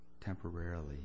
temporarily